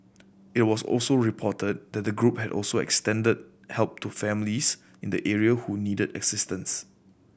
it was also reported that the group has also extended help to families in the area who needed assistance